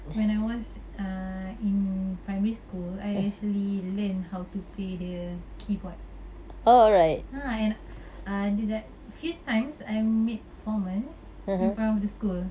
when I was err in primary school I actually learn how to play the keyboard ah and I did that few times I made performance in front of the school